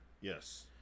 Yes